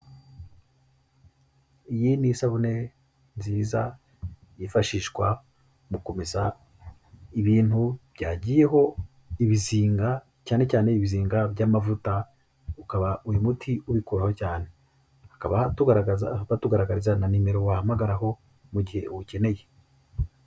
Iyi ni isabune nziza yifashishwa mu kumesa ibintu byagiyeho ibizinga cyane cyane ibizinga by'amavuta ukaba uyu muti ubikoraho cyane, hakaba batugaragaza na nimero wahamagaraho mu gihe uwukeneye.